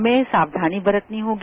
हमें साक्षानी बरतनी होगी